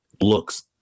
looks